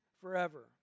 forever